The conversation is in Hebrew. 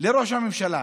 לראש הממשלה.